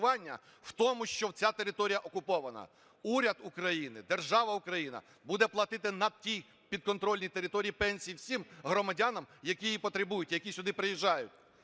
в тому, що ця територія окупована. Уряд України, держава Україна буде платити на ті підконтрольні території пенсії всім громадянам, які її потребують, які сюди приїжджають.